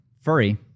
Furry